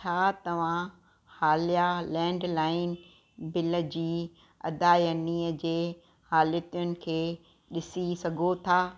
छा तव्हां हाल्या लैंडलाईन बिल जी अदायगीअ जे हालतुनि खे ॾिसी सघो था